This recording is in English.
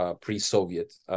pre-Soviet